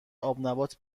آبنبات